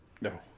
no